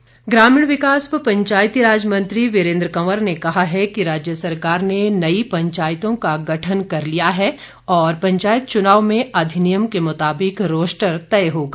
वीरेन्द्र कंवर ग्रामीण विकास व पंचायतीराज मंत्री यीरेन्द्र कंवर ने कहा है कि राज्य सरकार ने नई पंचायतों का गठन कर लिया है और पंचायत चुनाव में अधिनियम के मुताबिक रोस्टर तय होगा